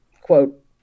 quote